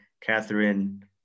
Catherine